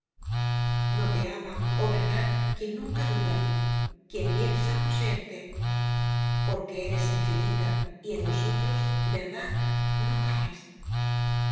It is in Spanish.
no te ama oh verdad quien nunca duda quien piensa poseerte porque eres infinita y en nosotros verdad no cabes